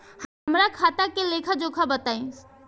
हमरा खाता के लेखा जोखा बताई?